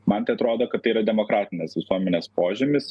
man tai atrodo kad tai yra demokratinės visuomenės požymis